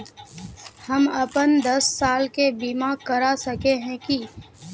हम अपन दस साल के बीमा करा सके है की?